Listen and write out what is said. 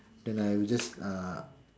then I will just uh